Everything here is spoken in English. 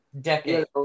Decade